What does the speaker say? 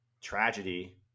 tragedy